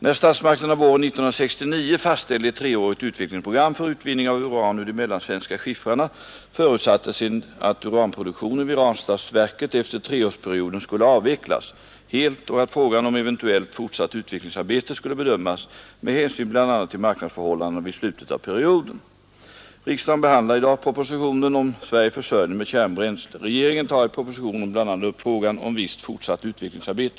När statsmakterna våren 1969 fastställde ett treårigt utvecklingsprogram för utvinning av uran ur de mellansvenska skiffrarna förutsattes att uranproduktionen vid Ranstadsverket efter treårsperioden skulle avvecklas helt och att frågan om eventuellt fortsatt utvecklingsarbete skulle bedömas med hänsyn bl.a. till marknadsförhållandena vid slutet av perioden. Riksdagen behandlar i dag propositionen om Sveriges försörjning med kärnbränsle. Regeringen tar i propositionen bl.a. upp frågan om visst fortsatt utvecklingsarbete.